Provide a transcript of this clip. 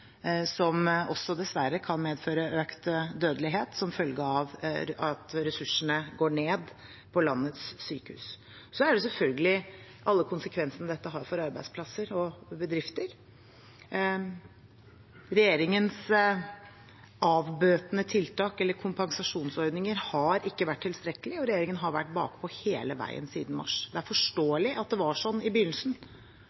som dessverre kan medføre økt dødelighet som følge av at ressursene går ned på landets sykehus. Så er det selvfølgelig alle konsekvensene dette har for arbeidsplasser og bedrifter. Regjeringens avbøtende tiltak eller kompensasjonsordninger har ikke vært tilstrekkelige, og regjeringen har vært bakpå hele veien siden mars. Det er